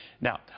Now